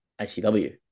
ICW